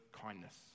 kindness